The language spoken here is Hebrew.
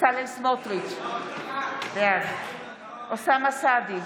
בצלאל סמוטריץ' בעד אוסאמה סעדי,